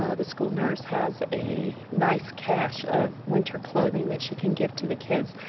um the school nurse has a nice cache of winter clothing that she can give to the kids.